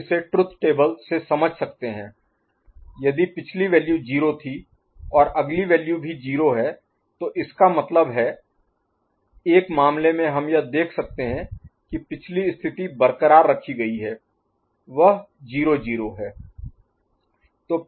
हम इसे truth table से समझ सकते हैं यदि पिछली वैल्यू 0 थी और अगली वैल्यू भी 0 है तो इसका मतलब है एक मामले में हम यह देख सकते हैं कि पिछली स्थिति बरक़रार रखी गयी है वह 0 0 है